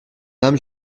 âme